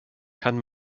kann